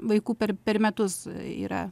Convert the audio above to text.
vaikų per per metus yra